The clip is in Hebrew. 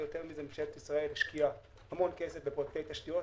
ממשלת ישראל השקיעה בעשור האחרון המון כסף בפרוייקטי תשתית,